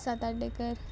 Satardekar